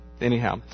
Anyhow